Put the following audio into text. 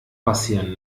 passieren